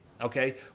okay